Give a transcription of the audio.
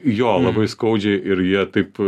jo labai skaudžiai ir jie taip